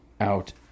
out